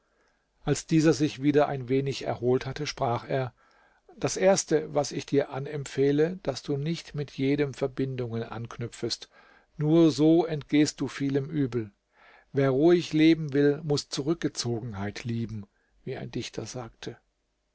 als dieser sich wieder ein wenig erholt hatte sprach er daß erste was ich dir anempfehle daß du nicht mit jedem verbindungen anknüpfest nur so entgehst du vielem übel wer ruhig leben will muß zurückgezogenheit lieben wie ein dichter sagte